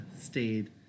stayed